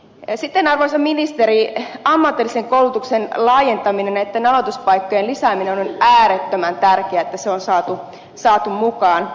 arvoisa ministeri ammatillisen koulutuksen laajentaminen näitten aloituspaikkojen lisääminen on äärettömän tärkeää ja se että se on saatu mukaan